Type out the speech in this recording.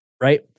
right